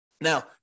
Now